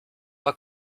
pas